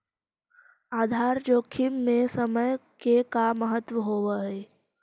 आधार जोखिम में समय के का महत्व होवऽ हई?